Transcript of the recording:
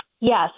yes